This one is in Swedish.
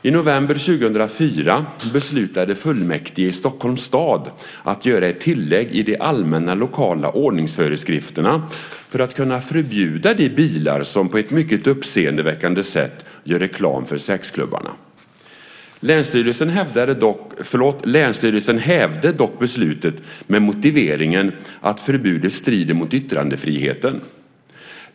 I november 2004 beslutade fullmäktige i Stockholms stad att göra ett tillägg i de allmänna lokala ordningsföreskrifterna för att kunna förbjuda de bilar som på ett mycket uppseendeväckande sätt gör reklam för sexklubbarna. Länsstyrelsen hävde dock beslutet med motiveringen att förbudet strider mot yttrandefriheten.